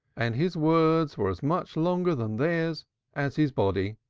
and his words were as much longer than theirs as his body.